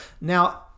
now